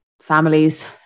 families